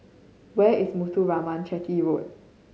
where is Muthuraman Chetty Road